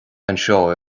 anseo